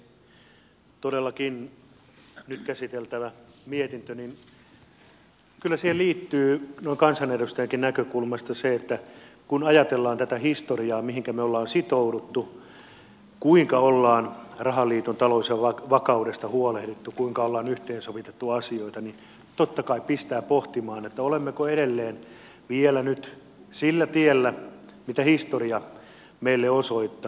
todellakin nyt käsiteltävään mietintöön kyllä liittyy noin kansanedustajankin näkökulmasta se että kun ajatellaan tätä historiaa mihinkä ollaan sitouduttu kuinka ollaan rahaliiton taloudesta ja vakaudesta huolehdittu kuinka ollaan yhteen sovitettu asioita niin totta kai se pistää pohtimaan olemmeko edelleen vielä nyt sillä tiellä mitä historia meille osoittaa